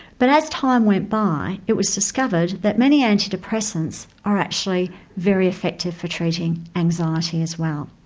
but as time went by it was discovered that many antidepressants are actually very effective for treating anxiety as well.